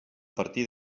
partir